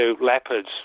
leopards